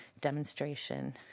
demonstration